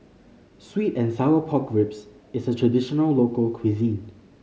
sweet and sour pork ribs is a traditional local cuisine